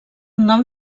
nom